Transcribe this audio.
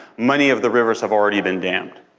many of the rivers have already been dammed.